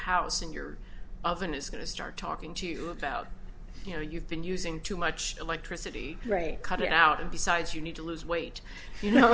house and your oven is going to start talking to you about you know you've been using too much electricity rate cut it out and besides you need to lose weight you know